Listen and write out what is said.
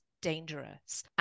dangerous